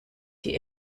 die